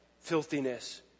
filthiness